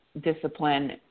discipline